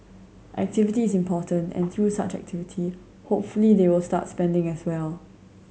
activity is important and through such activity hopefully they will start spending as well